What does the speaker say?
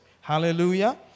Hallelujah